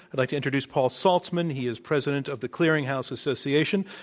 i'd like to introduce paul saltzman. he is president of the clearing house association,